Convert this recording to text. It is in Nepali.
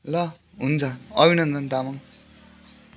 ल हुन्छ अभिनन्दन तामाङ